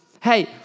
Hey